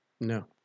No